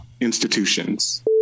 institutions